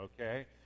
okay